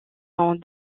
sont